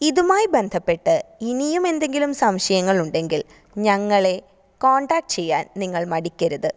ഇതുമായി ബന്ധപ്പെട്ട് ഇനിയുമെന്തെങ്കിലും സംശയങ്ങളുണ്ടെങ്കില് ഞങ്ങളെ കോണ്ടാക്റ്റ് ചെയ്യാന് നിങ്ങള് മടിക്കരുത്